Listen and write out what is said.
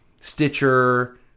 Stitcher